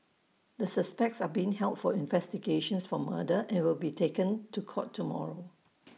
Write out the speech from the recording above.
the suspects are being held for investigations for murder and will be taken to court tomorrow